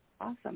Awesome